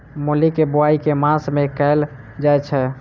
मूली केँ बोआई केँ मास मे कैल जाएँ छैय?